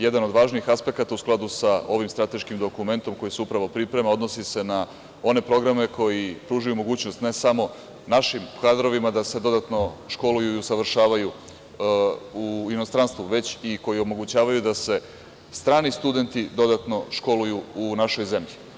Jedan od važnih aspekata u skladu sa ovim strateškim dokumentom koji se upravo priprema odnosi se na one programe koji pružaju mogućnost ne samo našim kadrovima da se dodatno školuju i usavršavaju u inostranstvu, već i koji omogućavaju da se strani studenti dodatno školuju u našoj zemlji.